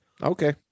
Okay